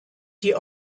die